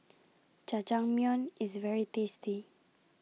Jajangmyeon IS very tasty